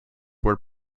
were